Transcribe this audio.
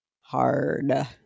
hard